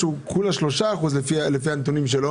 שהוא כולה 3% לפי הנתון שלו